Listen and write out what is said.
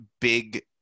big